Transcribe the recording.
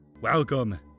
Welcome